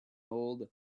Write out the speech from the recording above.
old